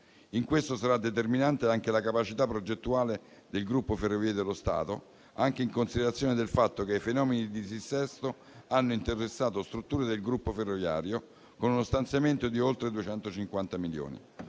In questo sarà determinante anche la capacità progettuale del gruppo Ferrovie dello Stato, anche in considerazione del fatto che i fenomeni di dissesto hanno interessato strutture del gruppo ferroviario, con uno stanziamento di oltre 250 milioni.